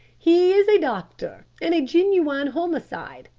he's a doctor and a genuine homicide.